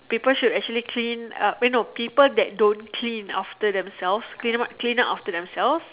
people should actually clean up eh no people that don't clean after themselves clean up after themselves